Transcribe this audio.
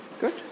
Good